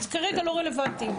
זה כרגע לא רלוונטי.